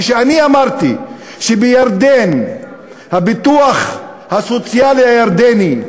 כשאני אמרתי שבירדן הביטוח הסוציאלי הירדני,